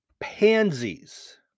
pansies